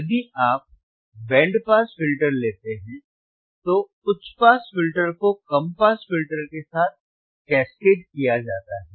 यदि आप band pass filter लेते हैं तो उच्च पास फिल्टर को कम पास फिल्टर के साथ कैस्केड किया जाता है